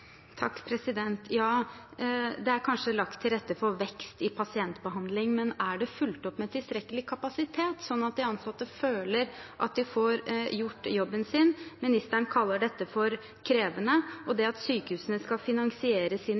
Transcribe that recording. Det er kanskje lagt til rette for vekst i pasientbehandlingen, men er det fulgt opp med tilstrekkelig kapasitet, slik at de ansatte føler at de får gjort jobben sin? Ministeren kaller dette krevende. Det at sykehusene skal finansiere sine